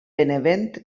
benevent